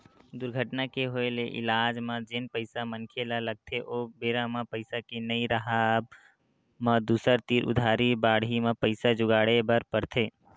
दुरघटना के होय ले इलाज म जेन पइसा मनखे ल लगथे ओ बेरा म पइसा के नइ राहब म दूसर तीर उधारी बाड़ही म पइसा जुगाड़े बर परथे